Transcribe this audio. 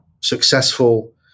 successful